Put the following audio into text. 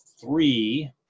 three